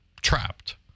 trapped